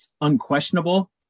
unquestionable